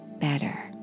better